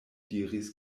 diris